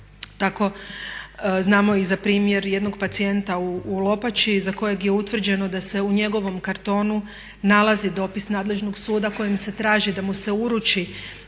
Tako znamo i za primjer jednog pacijenta u Lopači za kojeg je utvrđeno da se u njegovom kartonu nalazi dopis nadležnog suda kojim se traži da mu se uruči